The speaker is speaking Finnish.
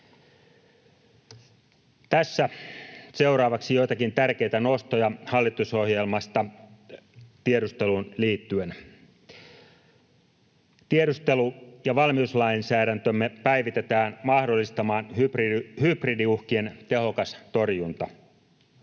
Tässä seuraavaksi joitakin tärkeitä nostoja hallitusohjelmasta tiedusteluun liittyen: Tiedustelu- ja valmiuslainsäädäntömme päivitetään mahdollistamaan hybridiuhkien tehokas torjunta,